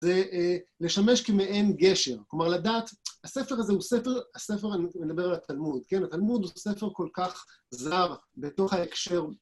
זה לשמש כמעין גשר, כלומר לדעת, הספר הזה הוא ספר, הספר, אני מדבר על התלמוד, כן, התלמוד הוא ספר כל כך זר בתוך ההקשר.